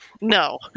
No